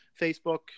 Facebook